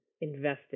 invested